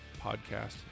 Podcast